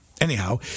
Anyhow